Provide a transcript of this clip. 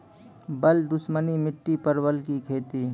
बल दुश्मनी मिट्टी परवल की खेती?